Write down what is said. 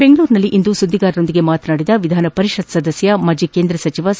ಬೆಂಗಳೂರಿನಲ್ಲಿಂದು ಸುದ್ಲಿಗಾರರೊಂದಿಗೆ ಮಾತನಾಡಿದ ವಿಧಾನ ಪರಿಷತ್ ಸದಸ್ಯ ಮಾಜಿ ಕೇಂದ್ರ ಸಚಿವ ಸಿ